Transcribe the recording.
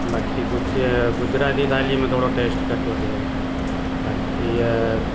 बाक़ी कुझु गुजराती थालीअ में टेस्ट थोरो टेस्ट घटि वधि हुयो बाक़ी ईअ